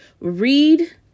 Read